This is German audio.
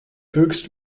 höchst